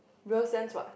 real sense what